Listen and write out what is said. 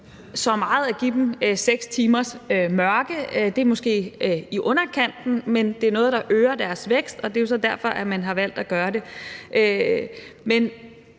så meget at give dem 6 timers mørke – det er måske i underkanten, men det er noget, der øger deres vækst, og det er jo så derfor, man har valgt at gøre det.